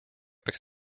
peaks